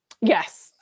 Yes